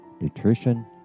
nutrition